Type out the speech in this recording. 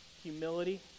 humility